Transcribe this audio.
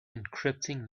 encrypting